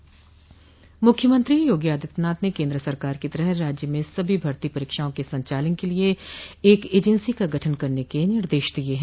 मूख्यमंत्री योगी आदित्यनाथ ने केन्द्र सरकार की तरह राज्य में भी सभी भर्ती परीक्षाओं के संचालन के लिये एक एजेंसी का गठन करने के निर्देश दिये है